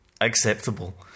acceptable